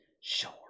sure